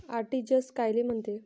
RTGS कायले म्हनते?